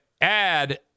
add